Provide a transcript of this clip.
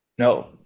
No